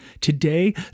Today